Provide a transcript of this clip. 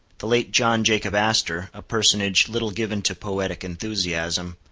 the late john jacob astor, a personage little given to poetic enthusiasm,